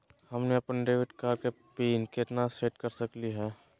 हमनी अपन debit card के पीन केना सेट कर सकली हे?